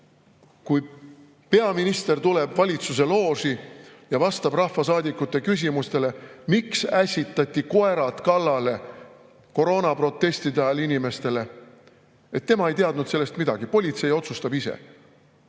kui peaminister tuleb valitsuse looži ja vastab rahvasaadikute küsimustele, miks ässitati koroonaprotestide ajal inimestele koerad kallale, et tema ei teadnud sellest midagi. Politsei otsustab ise.